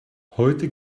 heute